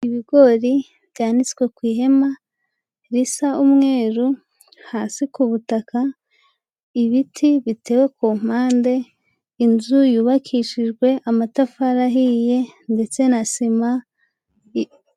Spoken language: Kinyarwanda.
Ibigori byanitswe ku ihema risa umweru, hasi ku butaka, ibiti bitewe ku mpande, inzu yubakishijwe amatafari ahiye ndetse na sima...